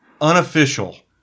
Unofficial